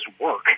work